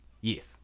yes